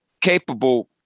capable